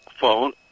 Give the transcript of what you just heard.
phone